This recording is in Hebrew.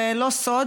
זה לא סוד,